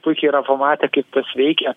puikiai yra pamatę kaip tas veikia